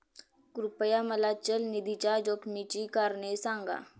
कृपया मला चल निधीच्या जोखमीची कारणे सांगा